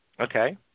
Okay